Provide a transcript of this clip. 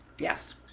yes